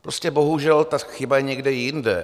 Prostě bohužel ta chyba je někde jinde.